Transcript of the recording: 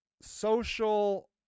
social